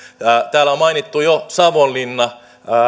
täällä on mainittu jo savonlinna